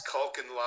Culkin